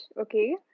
okay